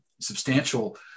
substantial